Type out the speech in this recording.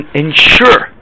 ensure